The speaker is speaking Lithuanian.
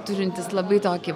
turintis labai tokį